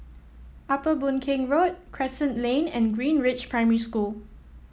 Upper Boon Keng Road Crescent Lane and Greenridge Primary School